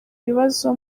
ibibazo